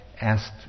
asked